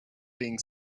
being